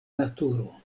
naturo